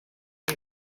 you